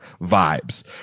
vibes